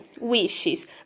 wishes